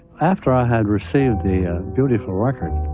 after i had received the beautiful record,